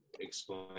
explain